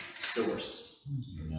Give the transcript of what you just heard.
source